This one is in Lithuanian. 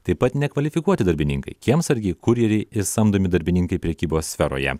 taip pat nekvalifikuoti darbininkai kiemsargiai kurjeriai ir samdomi darbininkai prekybos sferoje